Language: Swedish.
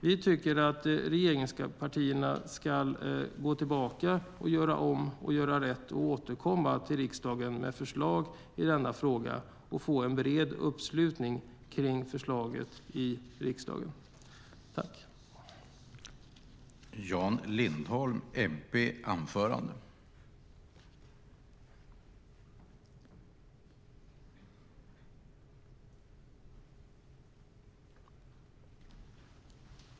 Vi tycker att regeringspartierna ska gå tillbaka, göra om och göra rätt och återkomma till riksdagen med förslag i denna fråga i syfte att få en bred uppslutning kring förslaget i riksdagen.